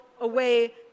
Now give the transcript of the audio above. away